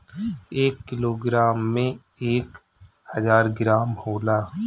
एक किलोग्राम में एक हजार ग्राम होला